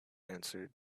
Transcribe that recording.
answered